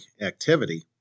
activity